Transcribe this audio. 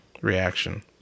reaction